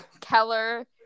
Keller